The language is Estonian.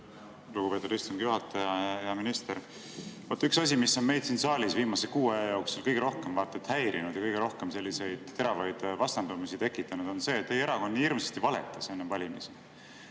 lugupeetud istungi juhataja! Hea minister! Vaat üks asi, mis on meid siin saalis viimase kuu aja jooksul kõige rohkem häirinud ja kõige rohkem selliseid teravaid vastandusi tekitanud, on see, et teie erakond nii hirmsasti valetas enne valimisi.